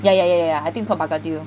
yeah yeah yeah I think it's called bergedil